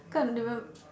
can't remem~